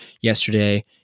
yesterday